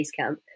Basecamp